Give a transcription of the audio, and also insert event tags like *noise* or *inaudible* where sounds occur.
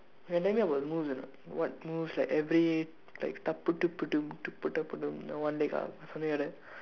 can tell me about the moves or not what moves like every like *noise* one leg up something like that